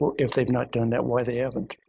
if they've not done that, why they haven't?